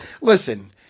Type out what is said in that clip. Listen